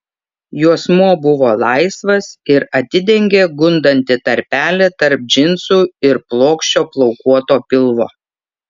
juosmuo buvo laisvas ir atidengė gundantį tarpelį tarp džinsų ir plokščio plaukuoto pilvo